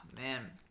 man